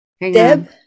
Deb